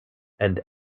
and